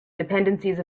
dependencies